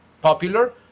popular